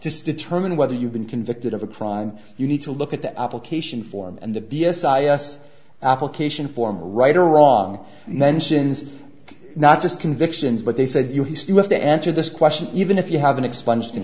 just determine whether you've been convicted of a crime you need to look at the application form and the b s i s application form a right or wrong mentions not just convictions but they said you he still have to answer this question even if you haven't expunged